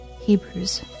Hebrews